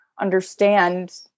understand